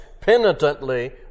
penitently